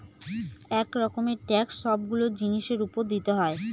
এক রকমের ট্যাক্স সবগুলো জিনিসের উপর দিতে হয়